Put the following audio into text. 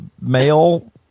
male